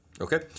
Okay